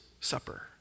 Supper